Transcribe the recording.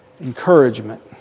Encouragement